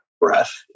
breath